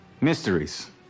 Mysteries